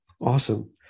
awesome